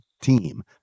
team